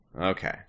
Okay